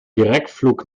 direktflug